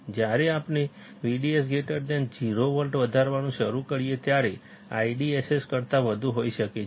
જ્યારે આપણે VDS 0 volt વધારવાનું શરૂ કરીએ છીએ ત્યારે IDSS કરતાં વધુ હોઈ શકે છે